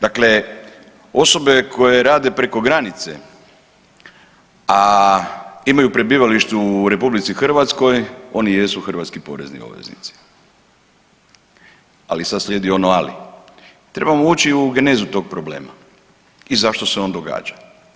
Dakle osobe koje rade preko granice, a imaju prebivalište u RH, oni jesu hrvatski porezni obveznici, ali sad slijedi ono ali, trebamo ući u genezu tog problema i zašto se on događa.